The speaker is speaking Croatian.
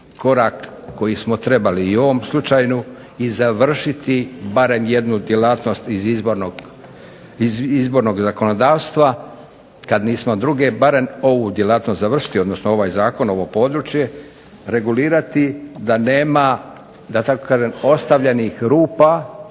koji smo trebali i u ovom slučaju i završiti barem jednu djelatnost iz izbornog zakonodavstva. Kad nismo druge, barem ovu djelatnost završiti odnosno ovaj zakon, ovo područje regulirati da nema da tako kažem ostavljenih rupa